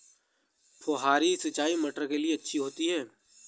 फुहारी सिंचाई मटर के लिए अच्छी होती है?